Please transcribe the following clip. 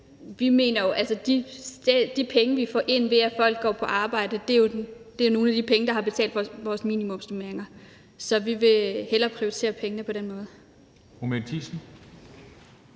lav rente. Men de penge, vi får ind, ved at folk går på arbejde, er jo nogle af de penge, der har betalt vores minimumsnormeringer, så vi vil hellere prioritere pengene på den måde.